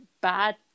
bad